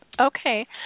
Okay